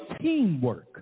teamwork